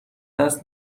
دست